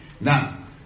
Now